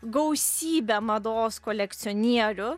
gausybę mados kolekcionierių